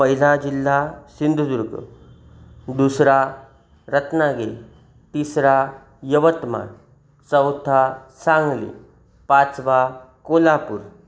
पहिला जिल्हा सिंधुदुर्ग दुसरा रत्नागिरी तिसरा यवतमाळ चौथा सांगली पाचवा कोल्हापूर